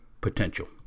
potential